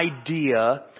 idea